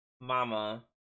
Mama